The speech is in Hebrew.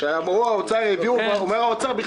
כשאמרו שמשרד האוצר הביא את כל